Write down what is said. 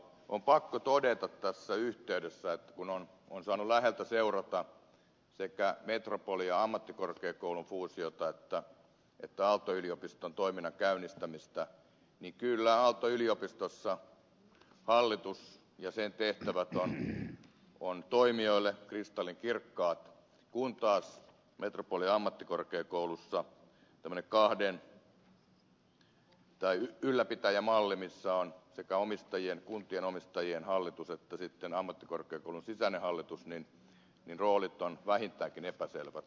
on pakko todeta tässä yhteydessä kun on saanut läheltä seurata sekä metropolia ammattikorkeakoulun fuusiota että aalto yliopiston toiminnan käynnistämistä että kyllä aalto yliopistossa hallitus ja sen tehtävät ovat toimijoille kristallinkirkkaat kun taas metropolia ammattikorkeakoulussa tämmöisessä ylläpitäjämallissa missä on sekä kuntien omistajien hallitus että sitten ammattikorkeakoulun sisäinen hallitus roolit ovat vähintäänkin epäselvät